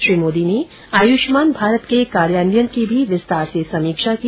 श्री मोदी ने आयुष्मान भारत के कार्यान्वयन की भी विस्तार से समीक्षा की